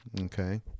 okay